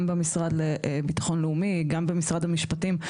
גם במשרד לביטחון לאומי, גם במשרד המשפטים.